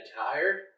tired